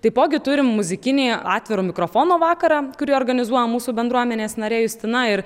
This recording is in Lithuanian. taipogi turim muzikinį atviro mikrofono vakarą kurį organizuoja mūsų bendruomenės narė justina ir